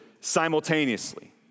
simultaneously